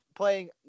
playing